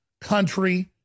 country